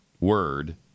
word